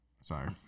Sorry